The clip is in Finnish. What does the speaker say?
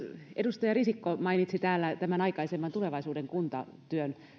edustaja risikko mainitsi täällä tämän aikaisemman tulevaisuuden kuntatyön